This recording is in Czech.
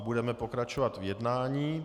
Budeme pokračovat v jednání.